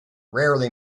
rarely